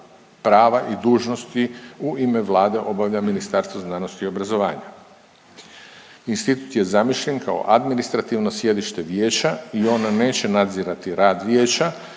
prava i dužnosti u ime Vlade obavlja Ministarstvo znanosti i obrazovanja. Institut je zamišljen kao administrativno sjedište vijeća i on neće nadzirati rad vijeće